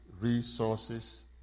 resources